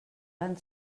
van